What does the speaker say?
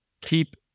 keep